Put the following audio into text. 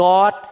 God